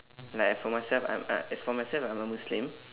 like for myself I'm I as for myself I'm a muslim